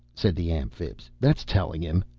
said the amphibs. that's telling him!